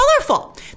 colorful